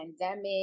pandemic